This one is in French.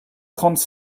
trente